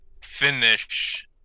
finish